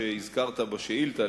שהזכרת בשאילתא,